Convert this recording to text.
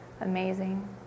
Amazing